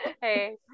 Hey